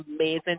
amazing